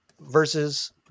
versus